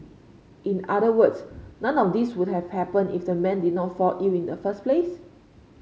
in other words none of these would have happened if the man did not fall ill in the first place